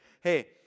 hey